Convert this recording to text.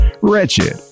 Wretched